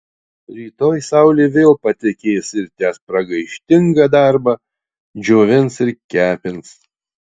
rytoj saulė vėl patekės ir tęs pragaištingą darbą džiovins ir kepins